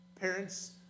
parents